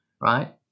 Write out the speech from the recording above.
Right